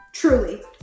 truly